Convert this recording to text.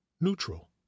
neutral